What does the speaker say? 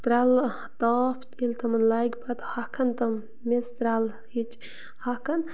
ترٛلہٕ تاپھ ییٚلہِ تِمَن لَگہِ پَتہٕ ہۄکھن تِم میٚژ ترٛلہٕ ہٕچ ہۄکھَن